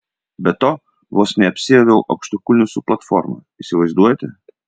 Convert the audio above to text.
be to vos neapsiaviau aukštakulnių su platforma įsivaizduojate